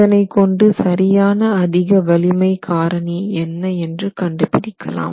இதனை கொண்டு சரியான அதிக வலிமை காரணி என்ன என்று கண்டு பிடிக்கலாம்